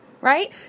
Right